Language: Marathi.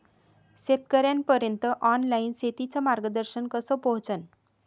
शेतकर्याइपर्यंत ऑनलाईन शेतीचं मार्गदर्शन कस पोहोचन?